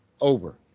over